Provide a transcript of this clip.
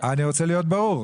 אני רוצה להיות ברור,